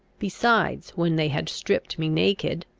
besides, when they had stripped me naked,